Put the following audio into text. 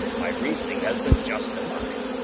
my reasoning has been justified!